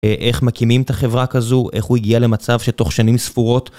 איך מקימים את החברה כזו, איך הוא הגיע למצב שתוך שנים ספורות...